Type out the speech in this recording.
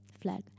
flag